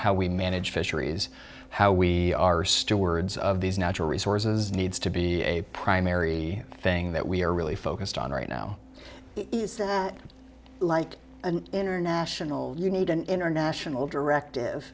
how we manage fisheries how we are stewards of these natural resources needs to be a primary thing that we're really focused on right now is that like an international you need an international directive